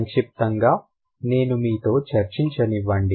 సంక్షిప్తంగా నేను మీతో చర్చించనివ్వండి